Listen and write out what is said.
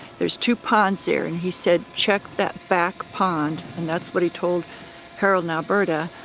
there's two ponds there and he said check that back pond. and that's what he told harold and alberta.